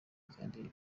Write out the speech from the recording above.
kandi